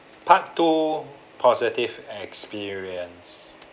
part two positive experience